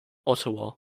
ottawa